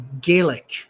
Gaelic